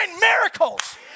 miracles